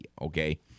okay